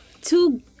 two